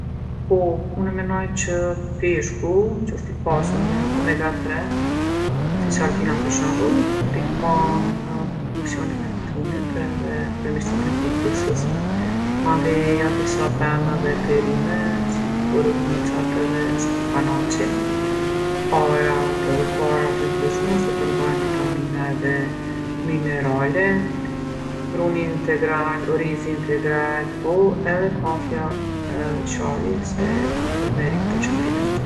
Po, une menoj që peshku, që osht i pasun me omega tre, si sardina për shembull, ndihmon në funksionin e trunit edhe përmirsimin e kujtesës. Mandej jon disa pemë edhe perime, si borovnicat edhe spanaqi. Arrat edhe farat e ndryshme se përmbajnë vitamina edhe minerale, gruni integral, orizi integral, po edhe kafja edhe qaji se munden me rrit përqëndrimin.